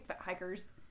hikers